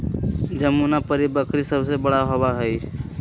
जमुनापारी बकरी सबसे बड़ा होबा हई